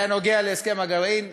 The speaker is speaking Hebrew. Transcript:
שהיה נוגע להסכם הגרעין.